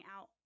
out